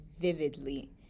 vividly